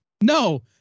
No